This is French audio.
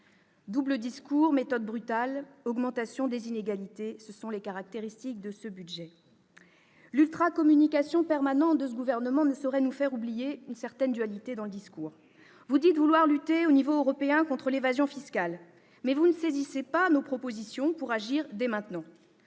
Double discours, méthode brutale et augmentation des inégalités sont donc les caractéristiques de ce budget. L'ultra-communication permanente de ce gouvernement ne saurait nous faire oublier une certaine dualité dans le discours. Vous dites vouloir lutter, à l'échelon européen, contre l'évasion fiscale, monsieur le secrétaire d'État, mais vous ne saisissez pas nos propositions pour agir dès maintenant.